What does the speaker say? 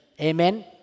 Amen